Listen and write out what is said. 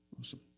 Awesome